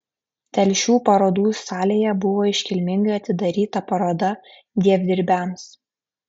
telšių parodų salėje buvo iškilmingai atidaryta paroda dievdirbiams